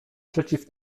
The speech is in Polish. przeciw